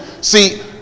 See